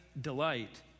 delight